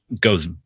goes